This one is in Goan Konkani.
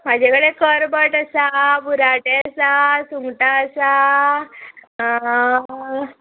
म्हजे कडेन करबट आसा बुरांटें आसा सुंगटां आसा